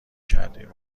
کردین